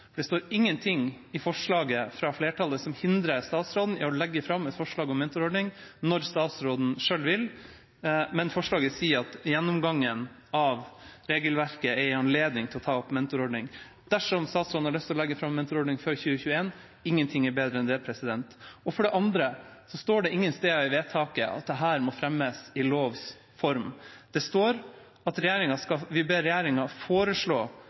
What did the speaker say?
Det er ingenting i forslaget fra flertallet som hindrer statsråden i å legge fram et forslag om mentorordning når statsråden selv vil. Men forslaget sier at gjennomgangen av regelverket er en anledning til å ta opp en mentorordning. Dersom statsråden har lyst til å legge fram en mentorordning før 2021, er ingenting bedre enn det. For det andre står det ingen steder i vedtaket at dette må fremmes i lovs form. Det står at vi ber regjeringa foreslå